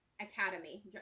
academy